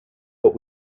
but